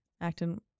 acting